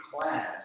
class